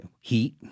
heat